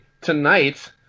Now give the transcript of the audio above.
tonight